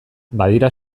badira